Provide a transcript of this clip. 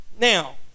now